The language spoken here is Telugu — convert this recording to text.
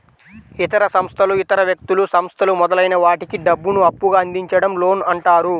ఇతర సంస్థలు ఇతర వ్యక్తులు, సంస్థలు మొదలైన వాటికి డబ్బును అప్పుగా అందించడం లోన్ అంటారు